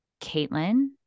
Caitlin